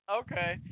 okay